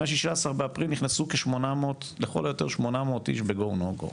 מה-16 באפריל נכנסו לכל היותר 800 איש ב-"go/no go".